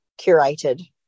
curated